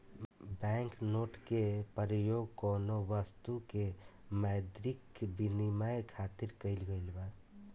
bank note के परयोग कौनो बस्तु के मौद्रिक बिनिमय खातिर कईल गइल बा